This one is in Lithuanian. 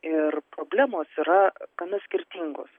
ir problemos yra gana skirtingos